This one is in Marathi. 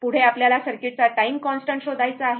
पुढे आपल्याला सर्किटचा टाइम कॉन्स्टन्ट शोधायचा आहे